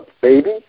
baby